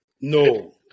No